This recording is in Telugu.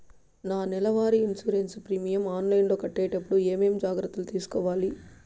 నా నెల వారి ఇన్సూరెన్సు ప్రీమియం ఆన్లైన్లో కట్టేటప్పుడు ఏమేమి జాగ్రత్త లు తీసుకోవాలి?